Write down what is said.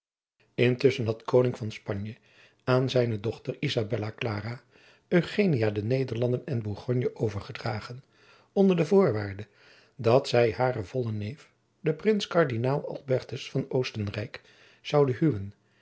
intusschen had de koning van spanje aan zijne dochter isabella clara eugenia de nederlanden en borgonje overgedragen onder de voorwaarde dat zij haren vollen neef den prins kardinaal albertus van oostenrijk zoude huwen